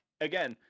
again